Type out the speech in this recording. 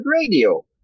radio